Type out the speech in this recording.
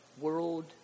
world